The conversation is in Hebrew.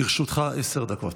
לרשותך עשר דקות.